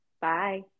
bye